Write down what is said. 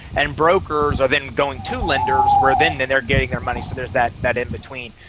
and brokers are then going to lenders where then, then they're getting their money so there's that that in between.